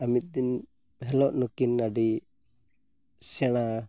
ᱟᱨᱢᱤᱫ ᱫᱤᱱ ᱦᱤᱞᱳᱜ ᱱᱩᱠᱤᱱ ᱟᱹᱰᱤ ᱥᱮᱬᱟ